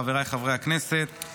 חבריי חברי הכנסת,